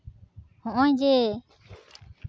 ᱦᱚᱸᱜᱼᱚᱭ ᱡᱮ